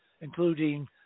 including